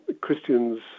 Christians